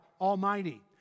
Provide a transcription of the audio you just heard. Almighty